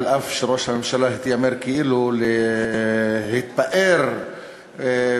אף שראש הממשלה התיימר כאילו להתפאר במדיניותו.